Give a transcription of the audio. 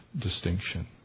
distinction